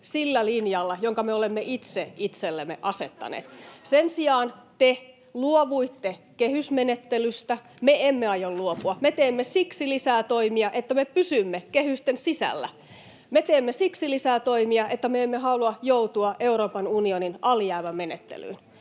sillä linjalla, jonka me olemme itse itsellemme asettaneet. Sen sijaan te luovuitte kehysmenettelystä. Me emme aio luopua, me teemme siksi lisää toimia, että me pysymme kehysten sisällä. Me teemme siksi lisää toimia, että me emme halua joutua Euroopan unionin alijäämämenettelyyn.